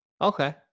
Okay